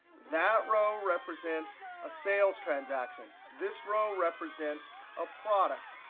that row represents a sales transaction. this row represents a product.